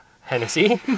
Hennessy